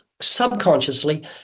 subconsciously